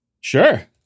Sure